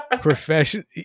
Professional